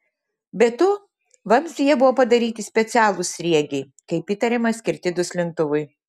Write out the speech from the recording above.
be to vamzdyje buvo padaryti specialūs sriegiai kaip įtariama skirti duslintuvui